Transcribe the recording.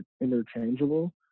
interchangeable